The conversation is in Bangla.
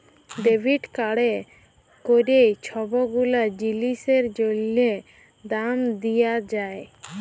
ডেবিট কাড়ে ক্যইরে ছব গুলা জিলিসের জ্যনহে দাম দিয়া যায়